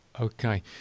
Okay